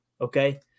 okay